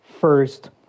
first